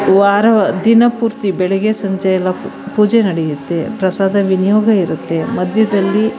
ವಾರ ದಿನ ಪೂರ್ತಿ ಬೆಳಗ್ಗೆ ಸಂಜೆಯೆಲ್ಲ ಪೂಜೆ ನಡೆಯುತ್ತೆ ಪ್ರಸಾದ ವಿನಿಯೋಗ ಇರುತ್ತೆ ಮಧ್ಯದಲ್ಲಿ